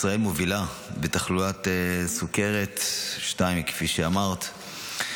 ישראל מובילה בתחלואת סוכרת 2. כפי שאמרת.